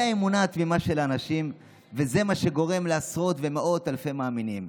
זו האמונה התמימה של האנשים וזה מה שגורם לעשרות ומאות אלפי מאמינים.